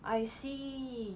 I see